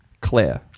Claire